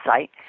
site